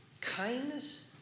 kindness